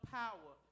power